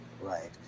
right